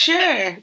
Sure